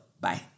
Bye